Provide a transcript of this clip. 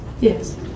Yes